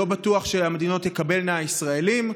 לא בטוח שהמדינות תקבלנה ישראלים,